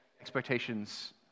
expectations